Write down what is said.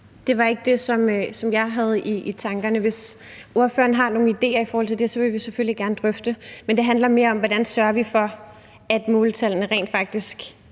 Det var ikke det, som jeg havde i tankerne. Hvis ordføreren har nogen ideer i forhold til det, vil vi selvfølgelig gerne drøfte det, men det handler mere om, hvordan vi sørger for, at måltallene rent faktisk